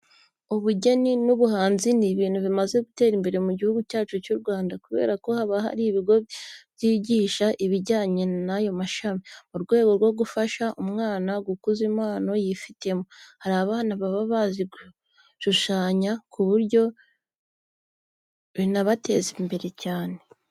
Ubugeni n'ubuhanzi ni ibintu bimaze gutera imbere mu Gihugu cyacu cy'u Rwanda kubera ko haba hari ibigo byigisha ibijyanye n'ayo mashami, mu rwego rwo gufasha umwana gukuza impano yifitemo. Hari abana baba bazi gushanya ku buryo binabateza imbere cyane.